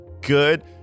good